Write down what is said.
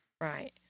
Right